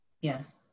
Yes